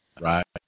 right